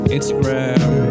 Instagram